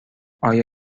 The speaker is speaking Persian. آیا